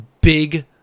big